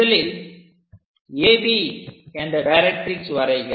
முதலில் AB என்ற directrix வரைக